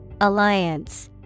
Alliance